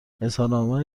اظهارنامه